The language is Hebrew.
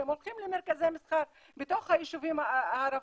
כשהם הולכים למרכזי מסחר בתוך היישובים הערביים,